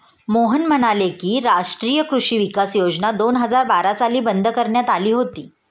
मोहन म्हणाले की, राष्ट्रीय कृषी विकास योजना दोन हजार बारा साली बंद करण्यात आली होती